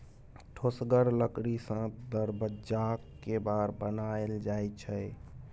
ठोसगर लकड़ी सँ दरबज्जाक केबार बनाएल जाइ छै